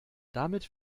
damit